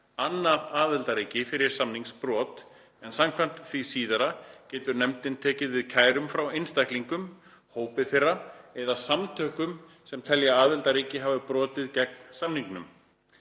annað aðildarríki fyrir samningsbrot, en samkvæmt því síðara getur nefndin tekið við kærum frá einstaklingum, hópi þeirra eða samtökum sem telja aðildarríki hafa brotið gegn samningnum.